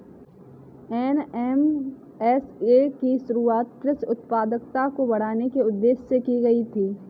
NMSA की शुरुआत कृषि उत्पादकता को बढ़ाने के उदेश्य से की गई थी